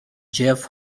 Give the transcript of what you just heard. jeff